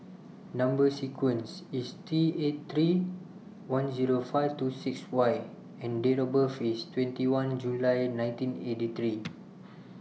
Number sequence IS T eight three one Zero five two six Y and Date of birth IS twenty one July nineteen eighty three